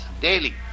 daily